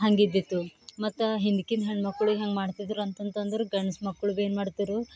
ಹಾಗಿದ್ದಿತ್ತು ಮತ್ತು ಹಿಂದಕ್ಕಿನ ಹೆಣ್ಮಕ್ಕಳು ಹೆಂಗೆ ಮಾಡ್ತಿದ್ದರು ಅಂತಂತಂದ್ರೆ ಗಂಡ್ಸು ಮಕ್ಕಳು ಭೀ ಏನು ಮಾಡ್ತಿರು